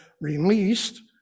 released